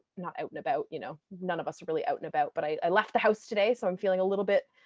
not out and about, you know none of us are really out and about. but i left the house today, so i'm feeling a little bit